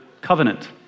covenant